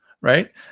right